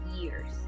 years